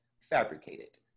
fabricated